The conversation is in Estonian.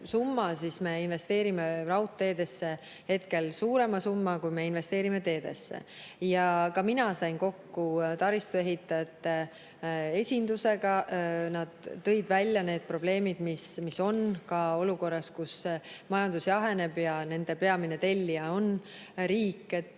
summa, siis me investeerime raudteedesse hetkel suurema summa, kui me investeerime teedesse. Ka mina sain kokku taristuehitajate esindusega. Nad tõid välja need probleemid, mis on, ka olukorras, kus majandus jaheneb ja nende peamine tellija on riik. See